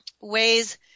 ways